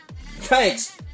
Thanks